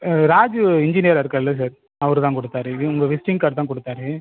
ராஜூ இன்ஜினியராக இருக்காரில்ல சார் அவர் தான் கொடுத்தாரு உங்கள் விசிட்டிங் கார்டு தான் கொடுத்தாரு